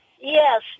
Yes